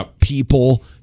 people